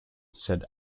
said